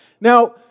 Now